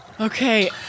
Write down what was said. Okay